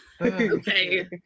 Okay